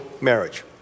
marriage